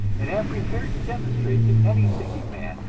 and am prepared to demonstrate to any thinking man,